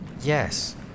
Yes